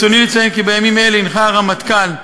ברצוני לציין כי בימים אלו הנחה הרמטכ"ל,